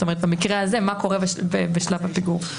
זאת אומרת, במקרה הזה מה קורה בשלב הפיגור.